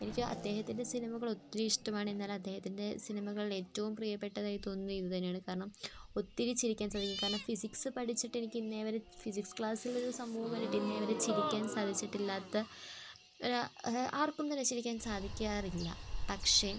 എനിക്ക് അദ്ദേഹത്തിൻ്റെ സിനിമകളൊത്തിരി ഇഷ്ടമാണ് എന്നാൽ അദ്ദേഹത്തിൻ്റെ സിനിമകളില് എറ്റവും പ്രിയപ്പെട്ടതായി തോന്നുന്നത് ഇതുതന്നെയാണ് കാരണം ഒത്തിരി ചിരിക്കാൻ സാധിക്കും കാരണം ഫിസിക്സ് പഠിച്ചിട്ട് എനിക്കിന്നുവരെ ഫിസിക്സ് ക്ലാസ്സിലൊരു സംഭവവും കണ്ടിട്ട് ഇന്നുവരെ ചിരിക്കാൻ സാധിച്ചിട്ടില്ലാത്ത ആർക്കും തന്നെ ചിരിക്കാൻ സാധിക്കാറില്ല പക്ഷേ